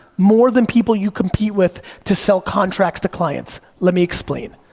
more than people you compete with to sell contracts to clients let me explain.